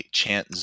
chant